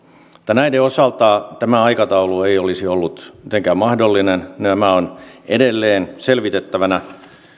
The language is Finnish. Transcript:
näiden osalta tämä aikataulu ei olisi ollut mitenkään mahdollinen nämä ovat edelleen selvitettävänä